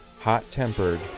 hot-tempered